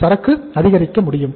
எனவே சரக்கு அதிகரிக்க முடியும்